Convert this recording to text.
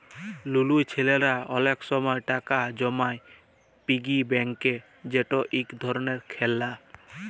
লুলু ছেইলারা অলেক সময় টাকা জমায় পিগি ব্যাংকে যেট ইক ধরলের খেললা